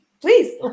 please